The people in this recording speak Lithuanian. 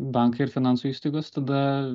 bankai ir finansų įstaigos tada